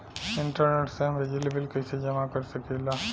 Internet से हम बिजली बिल कइसे जमा कर सकी ला?